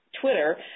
Twitter